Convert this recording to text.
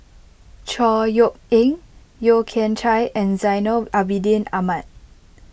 Chor Yeok Eng Yeo Kian Chai and Zainal Abidin Ahmad